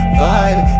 vibe